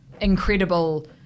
incredible